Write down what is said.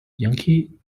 yankee